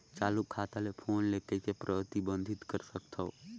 चालू खाता ले फोन ले कइसे प्रतिबंधित कर सकथव?